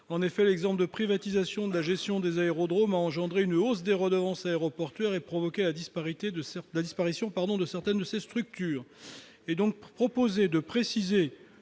aéronautique. La privatisation de la gestion des aérodromes a entraîné une hausse des redevances aéroportuaires et a provoqué la disparition de certaines de ces structures. Il est donc proposé de préciser